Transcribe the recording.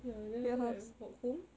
ya then after that walk home